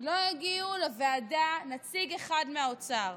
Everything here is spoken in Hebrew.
לא הגיע לוועדה נציג אחד מהאוצר.